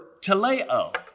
teleo